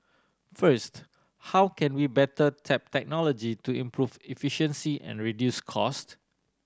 first how can we better tap technology to improve efficiency and reduce cost